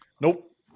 Nope